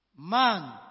Man